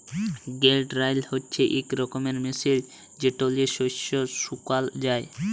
grain dryer হছে ইক রকমের মেশিল যেট লিঁয়ে শস্যকে শুকাল যায়